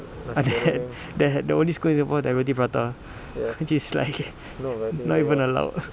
ah they had they had the only squee~ they for the roti prata which is like not even allowed